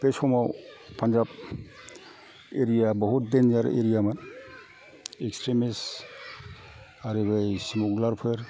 बे समाव फानजाब एरियाया बहुत देनजार एरियामोन एक्सट्रिमिस आरो बै स्माग्लारफोर